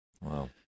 Wow